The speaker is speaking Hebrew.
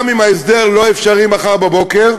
גם אם ההסדר לא אפשרי מחר בבוקר,